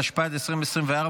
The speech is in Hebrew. התשפ"ד 2024,